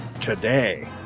today